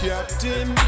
Captain